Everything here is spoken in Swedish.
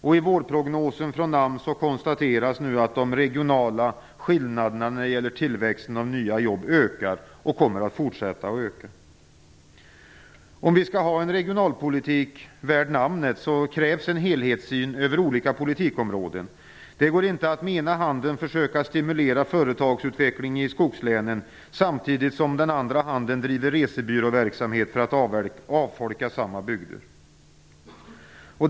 I vårprognosen från AMS konstateras nu att de regionala skillnaderna när det gäller tillväxten av nya jobb ökar och kommer att fortsätta öka. Om vi skall ha en regionalpolitik värd namnet krävs en helhetssyn över olika politikområden. Det går inte att med ena handen försöka stimulera företagsutveckling i skogslänen samtidigt som man med den andra handen driver resebyråverksamhet för att avfolka samma bygder.